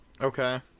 Okay